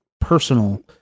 personal